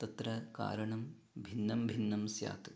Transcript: तत्र कारणं भिन्नं भिन्नं स्यात्